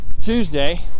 Tuesday